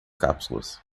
cápsulas